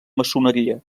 maçoneria